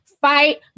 fight